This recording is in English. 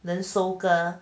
能收割